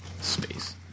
space